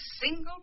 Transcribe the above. single